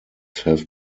have